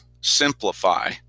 simplify